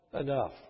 enough